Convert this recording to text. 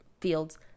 fields